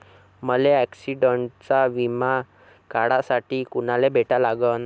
मले ॲक्सिडंटचा बिमा काढासाठी कुनाले भेटा लागन?